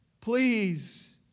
Please